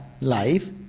life